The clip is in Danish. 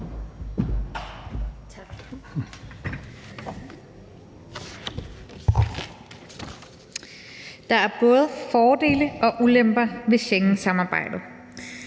Der er både fordele og ulemper ved Schengensamarbejdet.